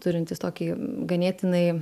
turintis tokį ganėtinai